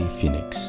Phoenix